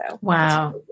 Wow